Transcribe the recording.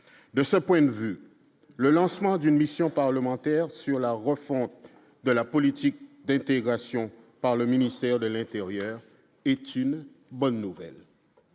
de ce point de vue, le lancement d'une mission parlementaire sur la refonte de la politique d'intégration par le ministère de l'Intérieur est une bonne nouvelle,